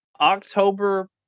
October